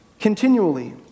continually